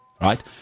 Right